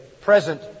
present